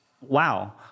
wow